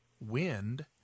wind